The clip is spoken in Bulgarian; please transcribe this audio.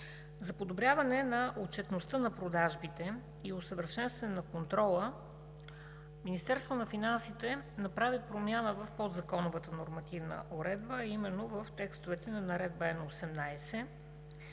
За подобряване на отчетността на продажбите и усъвършенстване на контрола Министерството на финансите направи промяна в подзаконовата нормативна уредба, а именно в текстовете на Наредба №